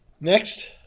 Next